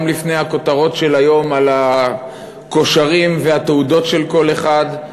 גם לפני הכותרות של היום על ה"כושרים" ועל התעודות של כל אחד,